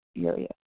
area